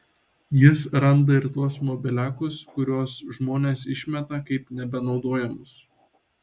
jis randa ir tuos mobiliakus kuriuos žmonės išmeta kaip nebenaudojamus